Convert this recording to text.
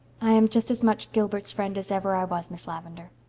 i am just as much gilbert's friend as ever i was, miss lavendar.